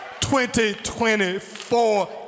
2024